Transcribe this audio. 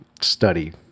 study